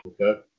Okay